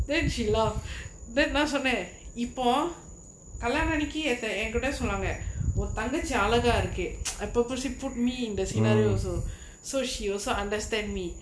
then she laugh then நா சொன்னே இப்போ கல்யாண அன்னிக்கி எத எங்கிட்டயும் சொன்னாங்க ஒன் தங்கச்சி அழகா இருக்கு:naa sonnae ippo kalyana anaikki etha enkittayum sonnaanga on thangachi alaga irukku இபோ:ippo she put me in the scenario also so she also understand me